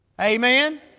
Amen